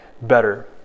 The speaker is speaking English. better